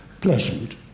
pleasant